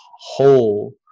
whole